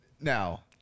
now